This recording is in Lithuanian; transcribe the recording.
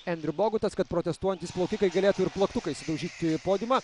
endriu bogutas kad protestuojantys plaukikai galėtų ir plaktukais sudaužyti podiumą